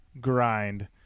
Grind